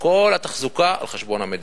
וכל התחזוקה על חשבון המדינה.